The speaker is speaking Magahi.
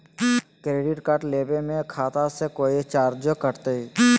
क्रेडिट कार्ड लेवे में खाता से कोई चार्जो कटतई?